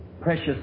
precious